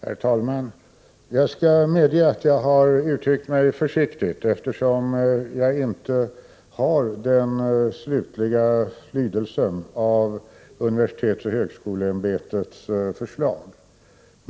Herr talman! Jag skall medge att jag har uttryckt mig försiktigt, eftersom jag inte har den slutliga lydelsen av universitetsoch högskoleämbetets förslag.